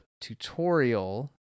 tutorial